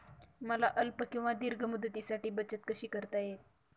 मला अल्प किंवा दीर्घ मुदतीसाठी बचत कशी करता येईल?